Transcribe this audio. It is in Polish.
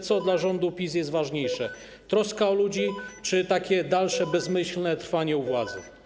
Co dla rządu PiS jest ważniejsze: troska o ludzi czy dalsze bezmyślne trwanie u władzy?